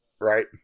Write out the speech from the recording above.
right